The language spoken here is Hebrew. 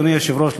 אדוני היושב-ראש,